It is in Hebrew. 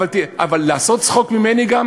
אבל גם לעשות ממני צחוק?